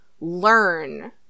learn